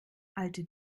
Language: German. alte